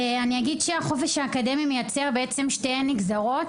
החופש האקדמי מייצר שתי נגזרות.